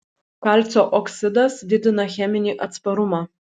kalcio oksidas didina cheminį atsparumą